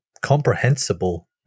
comprehensible